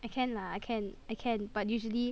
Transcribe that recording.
I can lah I can I can but usually